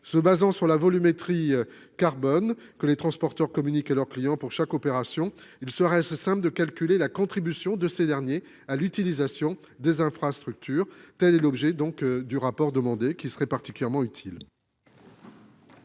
se basant sur la volumétrie carbone que les transporteurs communiquent à leurs clients pour chaque opération, il serait simple de calculer la contribution de ces derniers à l'utilisation des infrastructures. Pour cela, ce rapport serait particulièrement utile.